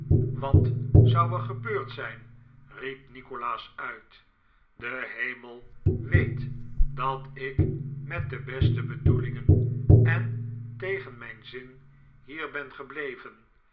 wat zou er gebeurd zijn riep nikolaas uit pe hemel weet dat ik met de beste bedoelingen en tegen mijn zin hier ben gebleven